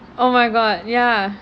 oh my god ya